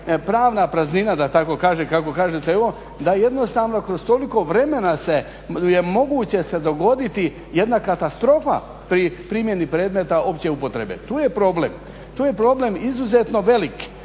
pravna praznina da tako kažem kako kažete da jednostavno kroz toliko vremena je moguće se dogoditi jedna katastrofa pri primjeni predmeta opće upotrebe. Tu je problem izuzetno velik,